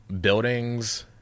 buildings